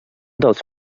dels